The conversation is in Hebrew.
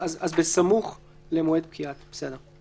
נכתוב "בסמוך למועד פקיעת מעצרו".